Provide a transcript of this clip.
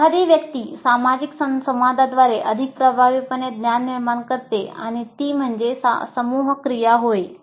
एखादी व्यक्ती सामाजिक संवादांद्वारे अधिक प्रभावीपणे ज्ञान निर्माण करते आणि ती म्हणजे समूह क्रिया होय